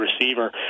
receiver